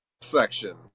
section